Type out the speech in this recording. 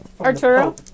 Arturo